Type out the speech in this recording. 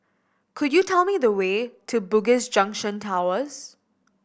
could you tell me the way to Bugis Junction Towers